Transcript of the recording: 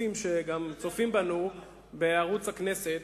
הצופים שגם צופים בנו בערוץ הכנסת,